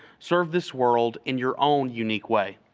serve this world in your own unique way,